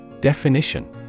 Definition